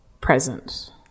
present